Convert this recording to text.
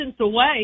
away